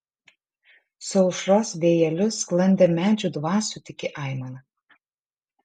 su aušros vėjeliu sklandė medžių dvasių tyki aimana